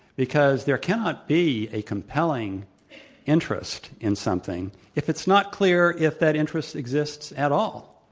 because there cannot be a compelling interest in something if it's not clear if that interest exists at all.